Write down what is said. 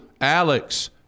Alex